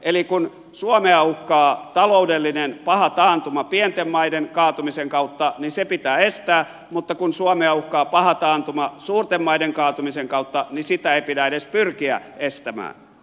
eli kun suomea uhkaa taloudellinen paha taantuma pienten maiden kaatumisen kautta niin se pitää estää mutta kun suomea uhkaa paha taantuma suurten maiden kaatumisen kautta niin sitä ei pidä edes pyrkiä estämään